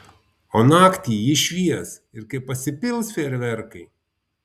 o naktį jis švies ir kai pasipils fejerverkai